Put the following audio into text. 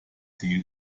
deal